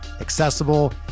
accessible